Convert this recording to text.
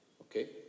Okay